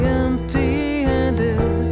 empty-handed